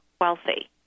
wealthy